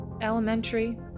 elementary